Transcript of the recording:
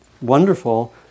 wonderful